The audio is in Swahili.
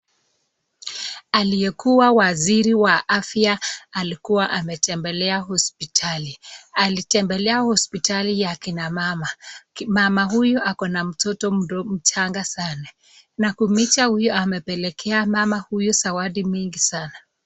Aliyekua waziri wa afya alikua ametembelea hospitali, alitembelea hospitali ya kina mama, mama huyu ako na mtoto mchanga sana nakhumicha uyu amepelekea mama huyu zawadi nyingi sana.